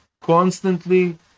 constantly